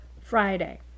Friday